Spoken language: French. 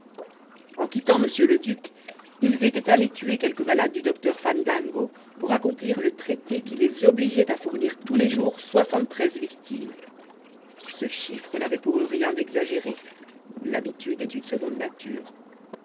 en quittant m le duc ils étaient allés tuer quelques malades du docteur fandango pour accomplir le traité qui les obligeait à fournir tous les jours soixante-treize victimes ce chiffra n'avait pour eux rien d'exagéré l'habitude est une seconde nature